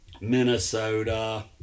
Minnesota